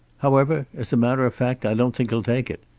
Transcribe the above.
however, as a matter of fact i don't think he'll take it.